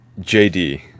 JD